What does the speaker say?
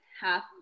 half